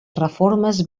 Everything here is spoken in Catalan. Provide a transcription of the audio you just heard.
reformes